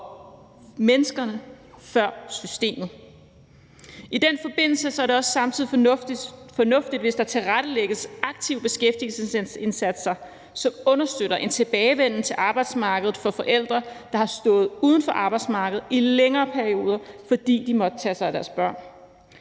menneskerne før systemet. I den forbindelse er det også samtidig fornuftigt, hvis der tilrettelægges aktive beskæftigelsesindsatser, som understøtter en tilbagevenden til arbejdsmarkedet for forældre, der har stået uden for arbejdsmarkedet i længere perioder, fordi de har måttet tage sig af deres børn.